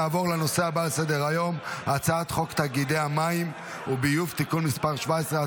נעבור לנושא הבא על סדר-היום: הצעת חוק תאגידי וביוב (תיקון מס' 17),